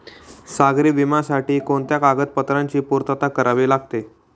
सागरी विम्यासाठी कोणत्या कागदपत्रांची पूर्तता करावी लागते?